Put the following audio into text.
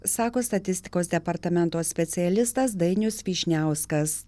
sako statistikos departamento specialistas dainius vyšniauskas